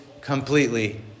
completely